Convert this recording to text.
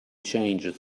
changes